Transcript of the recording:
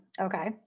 Okay